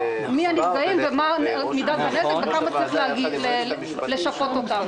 מי הנפגעים ומה מידת הנזק ובכמה צריך לשפות אותם.